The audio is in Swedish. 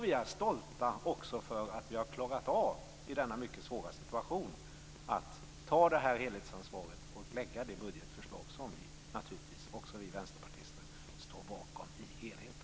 Vi är stolta över att vi i denna mycket svåra situation har klarat av att ta ett helhetsansvar och lägga fram ett budgetförslag som även vi vänsterpartister står bakom i sin helhet.